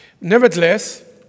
Nevertheless